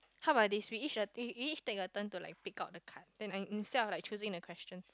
how about this we each are we each take a turn to like pick out the card then instead of choosing the question